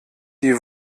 die